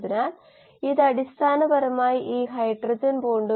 അതിനാൽ ഉത്പാദനം r1 ഉപഭോഗം r 2 r1 മൈനസ് r2 എന്നത് dA dt ആണ്